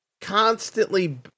constantly